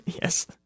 Yes